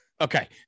okay